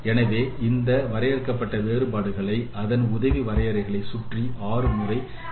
எனவே இந்த வரையறுக்கப்பட்ட வேறுபாடுகளை அதன் உதவி வரையறையை சுற்றி ஆறு முறை கண்டிருக்கிறோம்